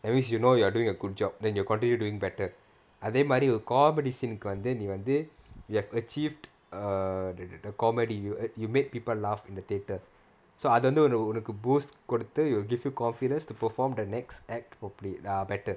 that means you know you are doing a good job then you continue doing better அதே மாரி ஒரு:athae maari oru comedy scene வந்து நீ வந்து:vanthu nee vanthu you have achieved err the the the comedy you you make people laugh in the theatre so அது வந்து ஒரு:athu vanthu oru boost குடுத்து:kuduthu it will give you confidence to perform the next act properly err better